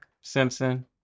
Simpson